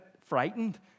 frightened